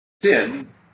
Sin